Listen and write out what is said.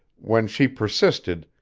when she persisted,